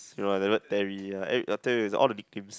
you know the word Terry uh eh not Terry all the nicknames